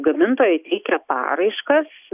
gamintojai teikia paraiškas